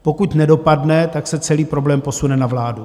Pokud nedopadne, tak se celý problém posune na vládu.